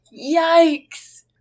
Yikes